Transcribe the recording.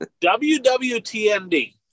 WWTND